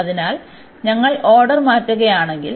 അതിനാൽ ഞങ്ങൾ ഓർഡർ മാറ്റുകയാണെങ്കിൽ